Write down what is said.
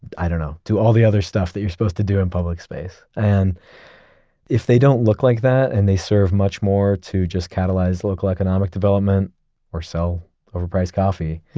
i don't know. do all the other stuff that you're supposed to do in public space. and if they don't look like that and they serve much more to just catalyze local economic development or sell overpriced coffee,